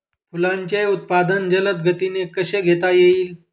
फुलांचे उत्पादन जलद गतीने कसे घेता येईल?